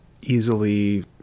easily